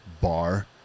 bar